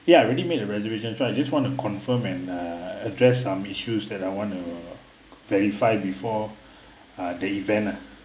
ya I already made the reservation so I just want to confirm and err address some issues that I want to verify before ah the event ah